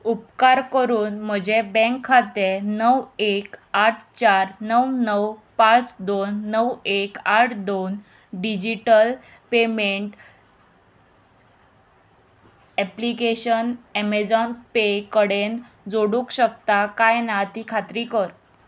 उपकार करून म्हजें बँक खातें णव एक आठ चार णव णव पांच दोन णव एक आठ दोन digital payment application Amazon Pay कडेन जोडूंक शकता काय ना ती खात्री कर